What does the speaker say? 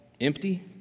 empty